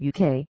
UK